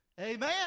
Amen